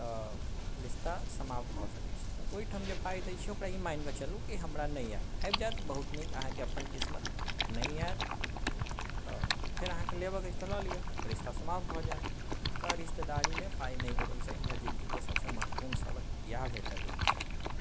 तऽ रिस्ता समाप्त भऽ सकै छै तऽ ओहिठाम जे पाइ दै छियै तऽ ओकरा ई मानि के चलू कि हमरा नहि आयत आबि जायत बहुत नीक अहाँके अपन किस्मत नहि आयत तऽ फेर अहाँके लेबऽ के अछि तऽ लऽ लिअ रिस्ता समाप्त भऽ जायत तऽ रिस्तेदारी मे पाइ नहि देबाक चाही हमरा जिन्दगीके सभसे महत्वपूर्ण सबक इएह भेटल अछि